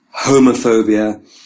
homophobia